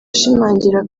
ashimangira